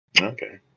Okay